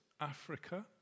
Africa